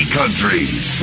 countries